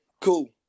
cool